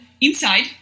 inside